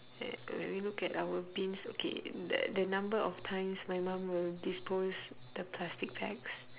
when we look at our bins okay th~ the number of times my mum will dispose the plastic bags